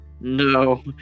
No